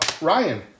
Ryan